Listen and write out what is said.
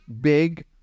big